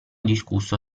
discusso